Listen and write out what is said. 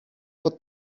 pod